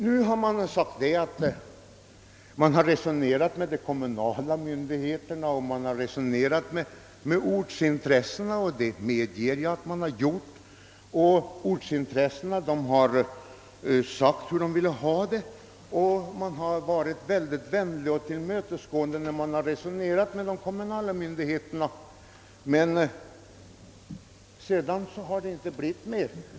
SJ säger sig ha resonerat med de kommunala myndigheterna — och det medger jag att man har gjort — och ortsintressena har fått komma till tals. SJ:s representanter har varit mycket vänliga och tillmötesgående när de resonerat med de kommunala myndigheterna, men det har inte blivit mer.